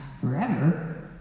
forever